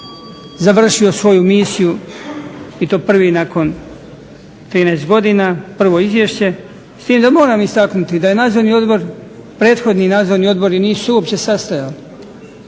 završio svoju misiju i to prvi nakon 13 godina, prvo izvješće, s tim da moram istaknuti da prethodni nadzorni odbori nisu se uopće sastajali,